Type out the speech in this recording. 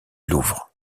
louvre